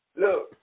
Look